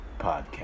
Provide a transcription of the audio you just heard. Podcast